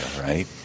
right